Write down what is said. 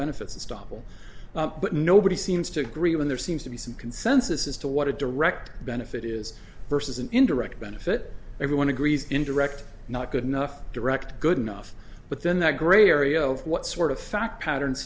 benefits of stumble but nobody seems to agree when there seems to be some consensus as to what a direct benefit is vs an indirect benefit everyone agrees indirect not good enough direct good enough but then that gray area of what sort of fact patterns